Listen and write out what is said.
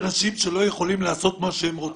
אנשים שלא יכולים לעשות מה שהם רוצים.